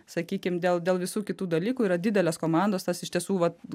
sakykim dėl dėl visų kitų dalykų yra didelės komandos tas iš tiesų vat